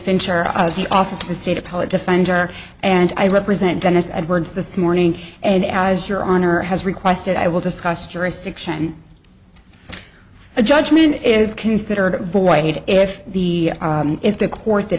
fincher of the office of the state of tele defender and i represent dennis edwards this morning and as your honor has requested i will discuss jurisdiction a judgment is considered void if the if the court that